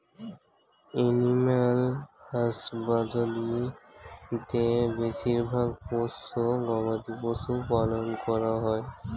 animal husbandry তে বেশিরভাগ পোষ্য গবাদি পশু পালন করা হয়